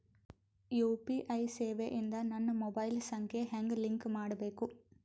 UPI ಸೇವೆ ಇಂದ ನನ್ನ ಮೊಬೈಲ್ ಸಂಖ್ಯೆ ಹೆಂಗ್ ಲಿಂಕ್ ಮಾಡಬೇಕು?